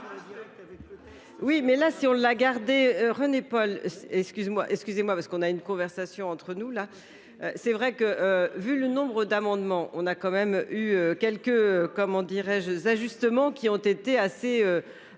Oui mais là si on l'a gardé René-Paul. Excuse-moi, excusez-moi parce qu'on a une conversation entre nous là. C'est vrai que vu le nombre d'amendements. On a quand même eu quelques comment dirais-je ajustements qui ont été assez.